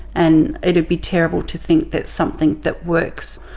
and it'd be terrible to think that something that works,